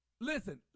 Listen